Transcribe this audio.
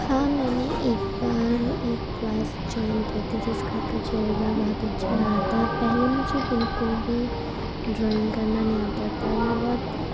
ہاں میں نے ایک بار ایک کلاس جوائن کی تھی جس کا تجربہ بہت اچھا رہا تھا پہلے مجھے بالکل بھی ڈرائنگ کرنا نہیں آتا تھا میں بہت